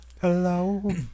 Hello